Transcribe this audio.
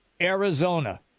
Arizona